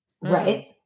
Right